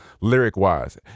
lyric-wise